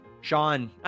Sean